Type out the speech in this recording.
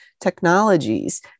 technologies